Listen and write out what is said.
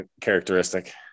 characteristic